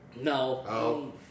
No